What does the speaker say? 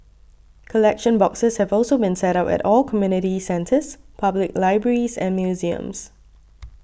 collection boxes have also been set up at all community centres public libraries and museums